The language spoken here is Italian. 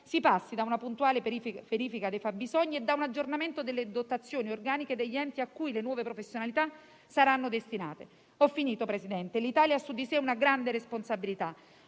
passare da una puntuale verifica dei fabbisogni e da un aggiornamento delle dotazioni organiche degli enti a cui le nuove professionalità saranno destinate. L'Italia ha su di sé una grande responsabilità.